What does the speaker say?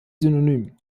synonym